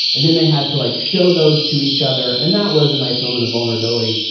and then they had to like show those to each other. and that was a nice moment of vulnerability.